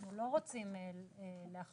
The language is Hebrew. אנחנו לא רוצים להחמיר.